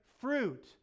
fruit